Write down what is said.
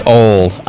old